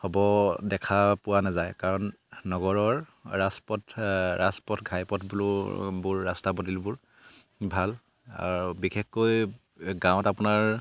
হ'ব দেখা পোৱা নাযায় কাৰণ নগৰৰ ৰাজপথ ৰাজপথ ঘাইপথবোৰ ৰাস্তা পদূলিবোৰ ভাল আৰু বিশেষকৈ গাঁৱত আপোনাৰ